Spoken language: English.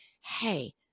Hey